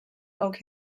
oak